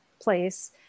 place